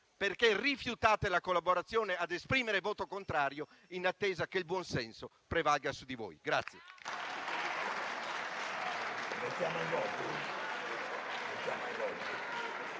perché rifiutate la collaborazione, a esprimere un voto contrario in attesa che il buonsenso prevalga su di voi.